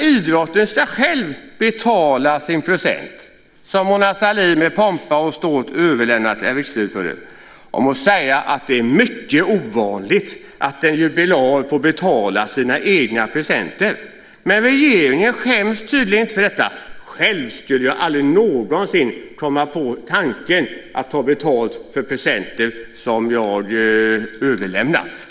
Idrotten ska själv betala sin present som Mona Sahlin med pompa och ståt överlämnat till Riksidrottsförbundet. Jag måste säga att det är mycket ovanligt att en jubilar får betala sina egna presenter. Men regeringen skäms tydligen inte för detta. Själv skulle jag aldrig någonsin komma på tanken att ta betalt för presenter som jag överlämnar.